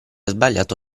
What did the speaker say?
sbagliato